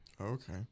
Okay